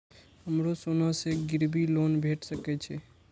हमरो सोना से गिरबी लोन भेट सके छे?